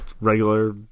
regular